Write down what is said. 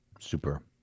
Super